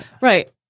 Right